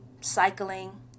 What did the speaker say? cycling